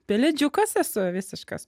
pelėdžiukas esu visiškas